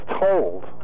told